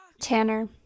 tanner